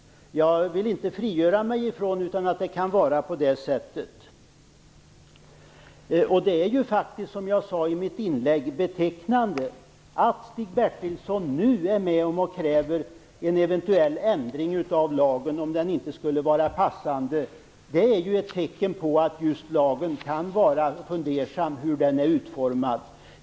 Jag kan inte frigöra mig från att det kan vara på det sättet. Som jag sade i mitt inlägg är det betecknande att Stig Bertilsson nu är med och kräver en eventuell ändring av lagen om den inte skulle vara passande. Det är ett tecken på att man kan ha fundersamheter kring hur den är utformad.